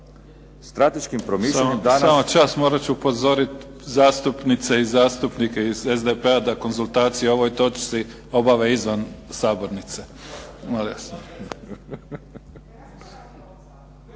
razini. **Mimica, Neven (SDP)** Samo čas, morat ću upozoriti zastupnice i zastupnike iz SDP-a da konzultacije o ovoj točci obave izvan sabornice.